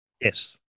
Yes